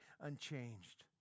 unchanged